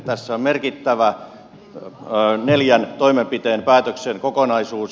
tässä on merkittävä neljän toimenpiteen päätöksen kokonaisuus